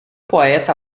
poeta